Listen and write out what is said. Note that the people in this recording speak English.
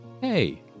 hey